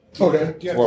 Okay